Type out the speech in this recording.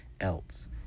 else